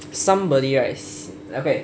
somebody right okay